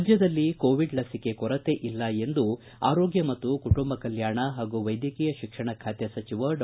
ರಾಜ್ಯದಲ್ಲಿ ಕೋವಿಡ್ ಲಸಿಕೆ ಕೊರತೆ ಇಲ್ಲ ಎಂದು ಆರೋಗ್ಯ ಮತ್ತು ಕುಟುಂಬ ಕಲ್ಯಾಣ ಹಾಗೂ ವೈದ್ಯಕೀಯ ಶಿಕ್ಷಣ ಖಾತೆ ಸಚಿವ ಡಾ